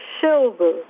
silver